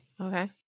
okay